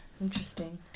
Interesting